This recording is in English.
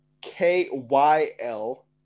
K-Y-L